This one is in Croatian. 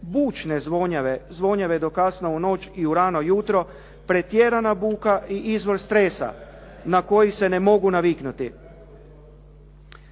bučne zvonjave, zvonjave do kasno u noć i u rano juto, pretjerana buka i izvor stresa na koji se ne mogu naviknuti.